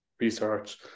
research